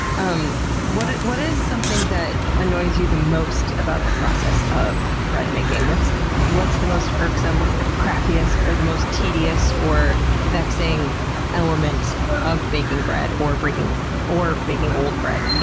um what and what is something that annoys you the most about the process of bread making? what's what's the most irksome, what's the crappiest, or the most tedious, or vexing element of baking bread or baking or baking old bread?